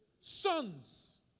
Sons